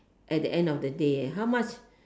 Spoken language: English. at the end of the day how much